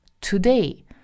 today